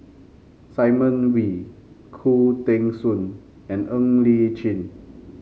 Simon Wee Khoo Teng Soon and Ng Li Chin